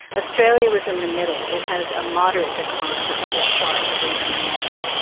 australia was in the middle. it had a moderate decline, but not as sharp as england and wales.